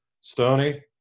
Stoney